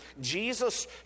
Jesus